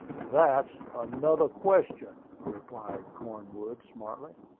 that's another question, replied cornwood, smartly.